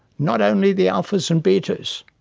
not only the alphas and betas.